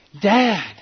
Dad